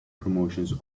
promotions